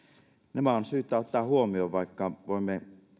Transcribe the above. nämä on syytä ottaa huomioon vaikka voimme